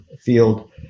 field